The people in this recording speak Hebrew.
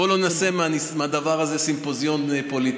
בוא לא נעשה מהדבר הזה סימפוזיון פוליטי.